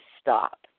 stop